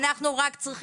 אנחנו פוגעים